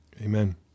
Amen